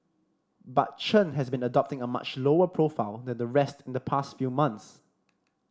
but Chen has been adopting a much lower profile than the rest in the past few months